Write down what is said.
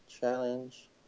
challenge